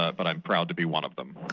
but i'm proud to be one of them.